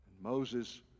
Moses